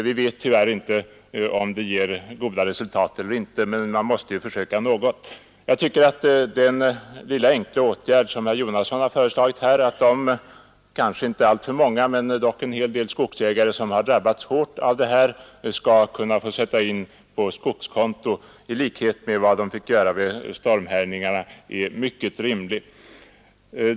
Vi vet tyvärr inte om metoden ger goda resultat, men man måste ju försöka något. Jag tycker att den enkla åtgärd som herr Jonasson föreslagit, dvs. att skogsägare som drabbats hårt av angreppen skall få sätta in medel på skogskonto i likhet med vad de fick göra vid stormhärjningarna, är mycket rimlig.